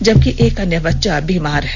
जबकि एक अन्य बच्चा बीमार है